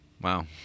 Wow